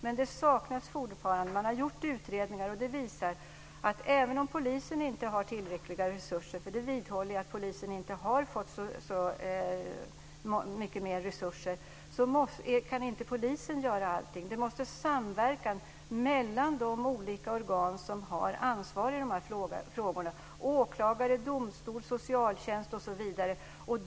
Men det saknas fortfarande en del. Man har gjort utredningar. De visar att även om polisen har tillräckliga resurser - och jag vidhåller att polisen inte har fått så mycket mer resurser - kan inte polisen göra allting. Det måste ske en samverkan mellan de olika organ som har ansvar i dessa frågor, åklagare, domstol, socialtjänst osv.